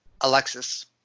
Alexis